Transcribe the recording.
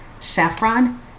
saffron